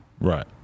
Right